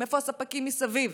איפה הספקים מסביב?